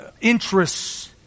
interests